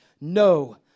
no